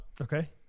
Okay